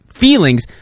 feelings